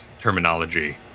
terminology